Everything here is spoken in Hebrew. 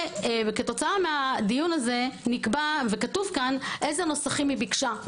כתוב פה אילו נוסחים היא ביקשה.